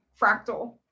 fractal